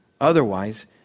Otherwise